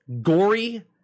gory